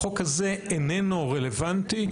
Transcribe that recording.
החוק הזה איננו רלוונטי.